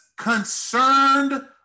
concerned